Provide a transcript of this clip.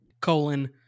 colon